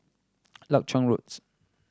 Leuchar Roads